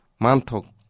mantok